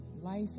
life